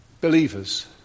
believers